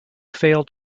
failed